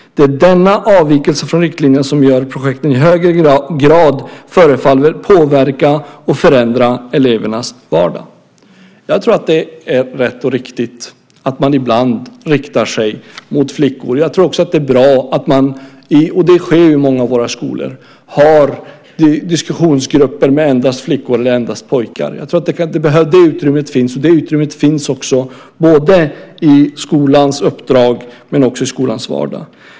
Det är denna avvikelse från riktlinjerna som gör att projekten i högre grad förefaller påverka och förändra elevernas vardag. Jag tror att det är rätt och riktigt att man ibland riktar sig mot flickor. Jag tror också att det är bra - och det sker i många av våra skolor - att man har diskussionsgrupper med endast flickor eller endast pojkar. Det utrymmet finns också både i skolans uppdrag och i skolans vardag.